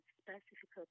specific